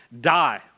die